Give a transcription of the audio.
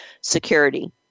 security